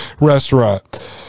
restaurant